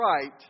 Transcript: right